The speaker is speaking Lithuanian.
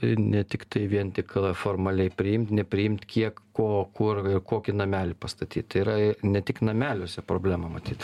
ir ne tiktai vien tik formaliai priimt nepriimt kiek ko kur kokį namelį pastatyt yra ne tik nameliuose problema matyt